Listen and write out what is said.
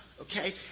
okay